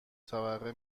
طبقه